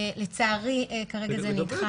לצערי כרגע זה נדחה.